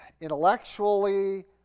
intellectually